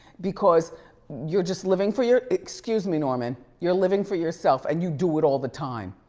because you're just living for your, excuse me, norman, you're living for yourself, and you do it all the time.